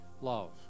Love